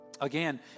Again